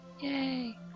Yay